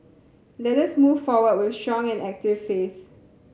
let us move forward with strong and active faith